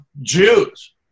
Jews